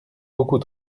beaucoup